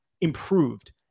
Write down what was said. improved